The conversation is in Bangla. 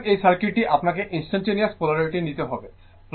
সুতরাং এই সার্কিটটি আপনাকে ইনস্টানটানেওয়াস পোলারিটি নিতে হবে